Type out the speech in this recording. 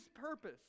purpose